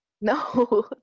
No